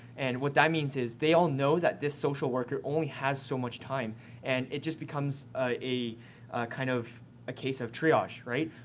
and what that means is they all know that this social worker only has so much time and it just becomes a kind of a case of triage, right?